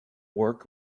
work